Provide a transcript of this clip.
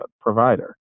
provider